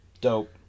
dope